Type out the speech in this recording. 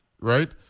right